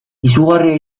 izugarria